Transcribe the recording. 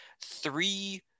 three